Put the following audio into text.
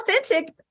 authentic